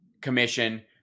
commission